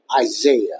Isaiah